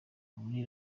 kuri